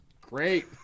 Great